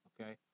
okay